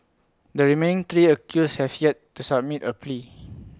the remaining three accused have yet to submit A plea